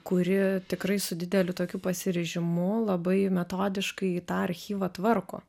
kuri tikrai su dideliu tokiu pasiryžimu labai metodiškai ji tą archyvą tvarko